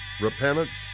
repentance